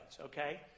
okay